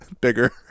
bigger